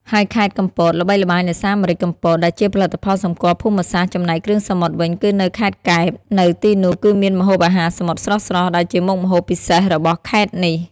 ហើយខេត្តកំពត ល្បីល្បាញដោយសារម្រេចកំពត ដែលជាផលិតផលសម្គាល់ភូមិសាស្ត្រ ចំណែកគ្រឿងសមុទ្រវិញគឺនៅខេត្តកែប នៅទីនោះគឺមានម្ហូបអាហារសមុទ្រស្រស់ៗ ដែលជាមុខម្ហូបពិសេសរបស់ខេត្តនេះ។